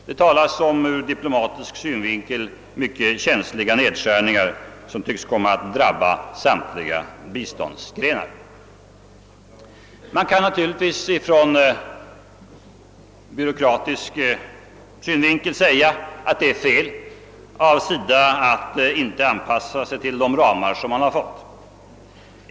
Det talas om från diplomatisk synpunkt mycket känsliga nedskärningar som tycks komma att drabba samtliga biståndsgrenar. Man kan naturligtvis ur byråkratisk synvinkel anföra att det är felaktigt av SIDA att inte anpassa sig till de ramar som finns.